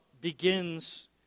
begins